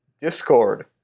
Discord